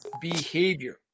behavior